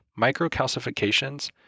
microcalcifications